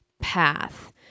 path